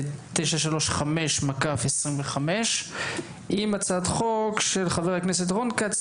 מספר פ/935/25 והצעת החוק של חבר הכנסת רון כץ,